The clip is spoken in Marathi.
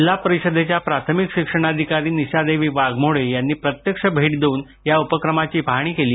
जिल्हा परिषदेच्या प्राथमिक शिक्षणाधिकारी निशादेवी वाघमोडे यांनी प्रत्यक्ष भेट देऊन या उपक्रमाची पाहणी केली